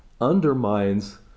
undermines